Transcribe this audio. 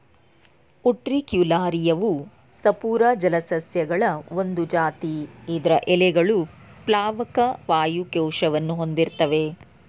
ಉಟ್ರಿಕ್ಯುಲಾರಿಯವು ಸಪೂರ ಜಲಸಸ್ಯಗಳ ಒಂದ್ ಜಾತಿ ಇದ್ರ ಎಲೆಗಳು ಪ್ಲಾವಕ ವಾಯು ಕೋಶವನ್ನು ಹೊಂದಿರ್ತ್ತವೆ